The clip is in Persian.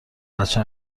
بچه